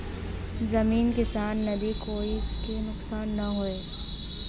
जमीन किसान नदी कोई के नुकसान न होये